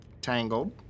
Tangled